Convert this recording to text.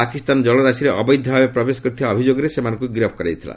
ପାକିସ୍ତାନ ଜଳରାଶିରେ ଅବୈଧ ଭାବେ ପ୍ରବେଶ କରିଥିବା ଅଭିଯୋଗରେ ସେମାନଙ୍କୁ ଗିରଫ କରାଯାଇଥିଲା